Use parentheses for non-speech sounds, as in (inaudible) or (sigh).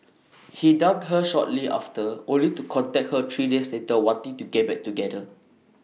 (noise) he dumped her shortly after only to contact her three days later wanting to get back together